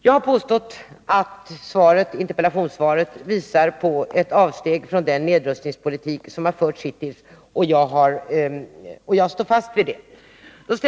Jag har påstått att interpellationssvaret visar att man gör ett avsteg från den nedrustningspolitik som har förts hittills, och jag står fast vid detta.